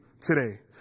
today